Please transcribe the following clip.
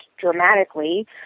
dramatically